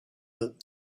that